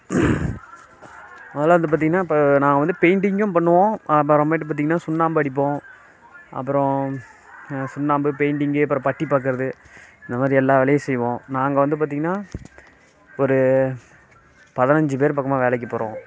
முதல்ல வந்து பார்த்தீங்கன்னா இப்போ நாங்கள் வந்து பெயிண்டிங்கும் பண்ணுவோம் அப்புறமேட்டு பார்த்தீங்கன்னா சுண்ணாம்பு அடிப்போம் அப்புறம் சுண்ணாம்பு பெயிண்டிங்கு அப்புறம் பட்டி பார்க்கறது இந்த மாதிரி எல்லா வேலையும் செய்வோம் நாங்கள் வந்து பார்த்தீங்கன்னா ஒரு பதினஞ்சி பேர் பக்கமாக வேலைக்கு போகிறோம்